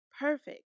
Perfect